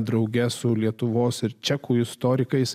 drauge su lietuvos ir čekų istorikais